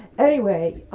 anyway,